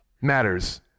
matters